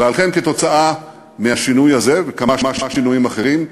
ועל כן, כתוצאה מהשינוי הזה וכמה שינויים אחרים,